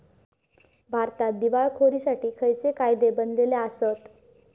भारतात दिवाळखोरीसाठी खयचे कायदे बनलले आसत?